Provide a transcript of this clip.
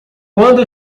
quando